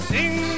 Sing